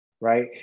right